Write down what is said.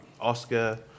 Oscar